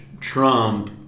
Trump